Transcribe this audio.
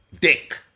dick